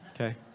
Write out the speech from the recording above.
Okay